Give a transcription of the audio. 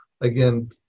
Again